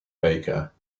baker